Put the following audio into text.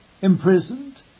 imprisoned